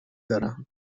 دارم